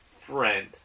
friend